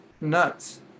nuts